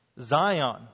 Zion